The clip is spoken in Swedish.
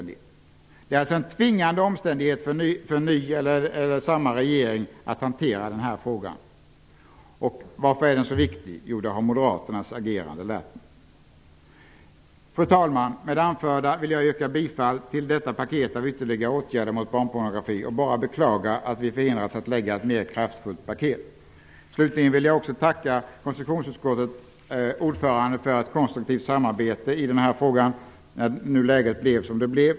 Denna tvingande omständighet för regeringen, oavsett om den är ny eller inte, är oerhört viktig -- det har moderaternas agerande lärt mig. Fru talman! Med det anförda vill jag yrka bifall till det föreslagna paketet av ytterligare åtgärder mot barnpornografi och kan bara beklaga att vi förhindrats att lägga fram ett mer kraftfullt paket. Slutligen vill jag också tacka konstitutionsutskottets ordförande för ett konstruktivt samarbete i denna fråga, när nu läget blev som det blev.